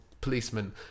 policemen